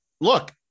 look